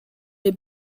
les